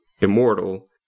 immortal